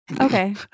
Okay